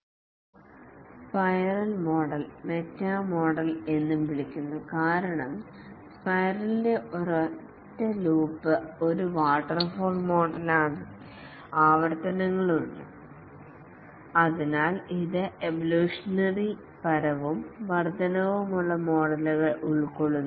spiral model meta model എന്നും വിളിക്കുന്നു കാരണം സ്പൈറൽ ിന്റെ ഒരൊറ്റ ലൂപ്പ് ഒരു വാട്ടർഫാൾ മോഡൽ യാണ് ആവർത്തനങ്ങളുണ്ട് അതിനാൽ ഇത് എവൊല്യൂഷനറി പരവും വർദ്ധനവുമുള്ള മോഡലുകൾ ഉൾക്കൊള്ളുന്നു